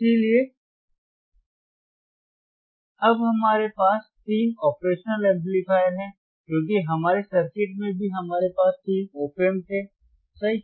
इसलिए अब हमारे पास तीन ऑपरेशनल एम्पलीफायर हैं क्योंकि हमारे सर्किट में भी हमारे पास तीन OP Amps थे सही